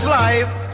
life